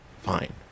fine